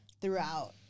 Throughout